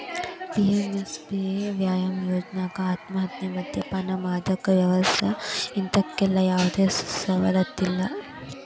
PMSBY ಯೋಜ್ನಾಕ ಆತ್ಮಹತ್ಯೆ, ಮದ್ಯಪಾನ, ಮಾದಕ ವ್ಯಸನ ಇಂತವಕ್ಕೆಲ್ಲಾ ಯಾವ್ದು ಸವಲತ್ತಿಲ್ಲ